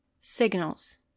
Signals